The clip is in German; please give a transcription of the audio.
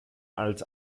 als